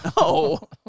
No